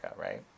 right